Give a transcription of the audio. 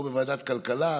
או בוועדת כלכלה,